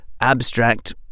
abstract